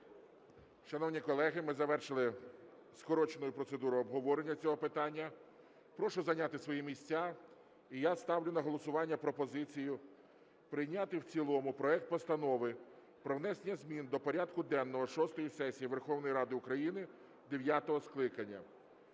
Шановні колеги, ми завершили скорочену процедуру обговорення цього питання, прошу зайняти свої місця. І я ставлю на голосування пропозицію прийняти в цілому проект Постанови про внесення змін до порядку денного шостої сесії Верховної Ради України дев'ятого скликання.